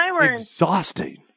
exhausting